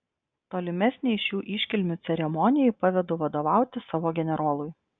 tolimesnei šių iškilmių ceremonijai pavedu vadovauti savo generolui